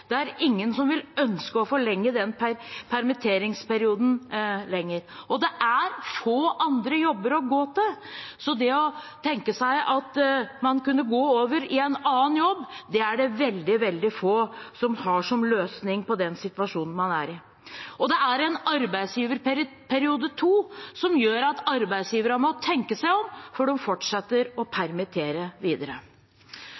Det er ingen som vil ønske å forlenge den permitteringsperioden. Det er også få andre jobber å gå til, så med hensyn til å tenke seg at man kunne gå over i en annen jobb, er det veldig, veldig få som har det som løsning på den situasjonen man er i. Og det er en arbeidsgiverperiode II, som gjør at arbeidsgiverne må tenke seg om før de fortsetter å